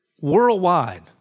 worldwide